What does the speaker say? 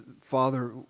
Father